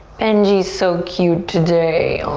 benji's so cute today. aw.